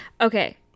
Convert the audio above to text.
okay